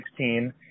2016